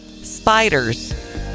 Spiders